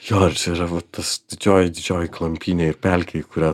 jo ir jisai yra va tas didžioji didžioji klampynė ir pelkė į kurią